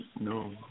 no